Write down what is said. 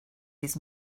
his